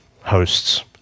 hosts